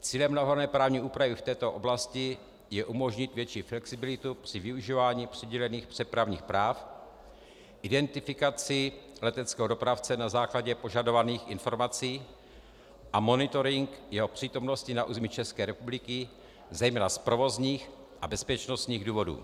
Cílem navrhované právní úpravy v této oblasti je umožnit větší flexibilitu při využívání přidělení přepravních práv k identifikaci leteckého dopravce na základě požadovaných informací a monitoring jeho přítomnosti na území České republiky zejména z provozních a bezpečnostních důvodů.